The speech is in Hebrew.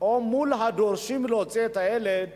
או מול הדורשים להוציא את הילד